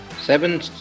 seven